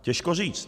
Těžko říct.